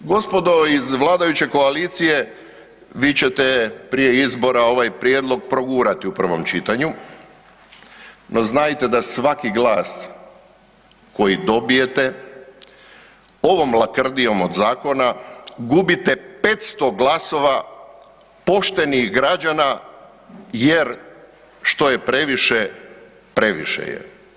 Gospodo iz vladajuće koalicije vi ćete prije izbora ovaj prijedlog progurati u prvom čitanju, no znajte da svaki glas koji dobijete ovom lakrdijom od zakona gubite 500 glasova poštenih građana jer što je previše, previše je.